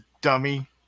dummy